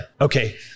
okay